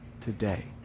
today